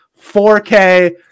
4K